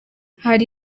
byari